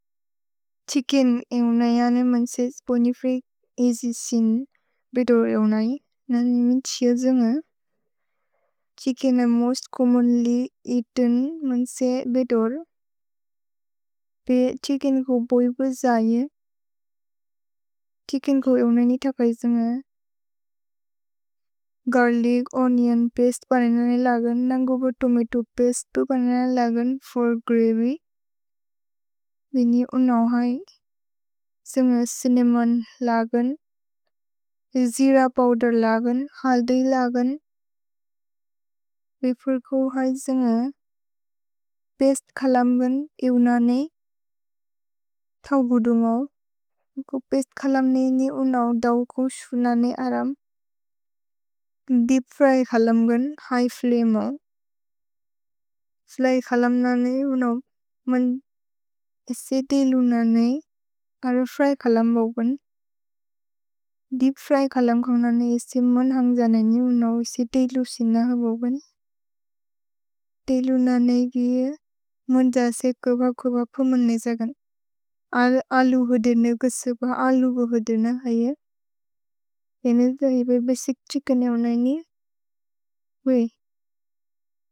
त्क्सिकिन् एउनय् आने मन्से स्पोनिफ्रेअक् एअस्य् सिन् बेदोर् एउनय्, न निमि त्क्सिअ जुन्ग। त्क्सिकिन् ए मोस्त् चोम्मोन्ल्य् एअतेन् मन्से बेदोर्। पे त्क्सिकिन् को बोइबु जये। त्क्सिकिन् को एउनय् नि थकय् जुन्ग। गर्लिच्, ओनिओन् पस्ते पने नने लगन्, न न्गुबो तोमतो पस्ते पने नने लगन् फोर् ग्रव्य्। भिने एउनव् है, जुन्ग चिन्नमोन् लगन्, जिर पोव्देर् लगन्, हल्दि लगन्। भेपुर् को है जुन्ग, पस्ते खलम् गन् एउनय् ने थव्गुदु मव्। निको पस्ते खलम् ने एउनव् दव्कोश् एउनय् नने अरम्। दीप् फ्र्य् खलम् गन्, हिघ् फ्लमे मव्। स्लिचे खलम् नने एउनव्, मन् एसे तेलु नने, अर फ्र्य् खलम् बव्गन्। दीप् फ्र्य् खलम् कव् नने एसे मन् हन्ग् जने एउनव् एसे तेलु सिनह बव्गन्। तेलु नने एगुये, मन् जसे कव कव फो मन्ने जगन्। अलु होदेने, गुसोक्प अलु होदेने है ए।